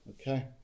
Okay